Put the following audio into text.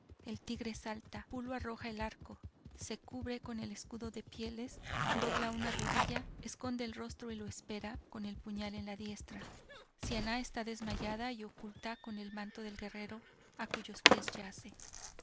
el tigre salta pulo arroja el arco se cubre con el escudo de pieles dobla una rodilla esconde el rostro y lo espera con el puñal en la diestra siannah esta desmayada y oculta con el manto del guerrero a cuyos pies yace